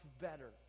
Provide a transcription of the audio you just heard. better